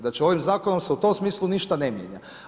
Znači ovim zakonom se u tom smislu ništa mijenja.